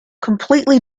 completely